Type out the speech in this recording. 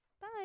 bye